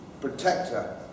protector